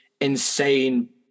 insane